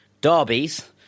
derbies